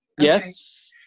Yes